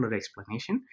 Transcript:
explanation